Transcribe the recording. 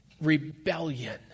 rebellion